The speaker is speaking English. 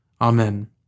Amen